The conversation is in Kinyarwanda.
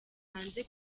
hanze